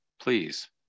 please